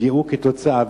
נפגעו כתוצאה,